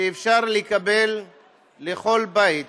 שיהיה אפשר לקבל לכל בית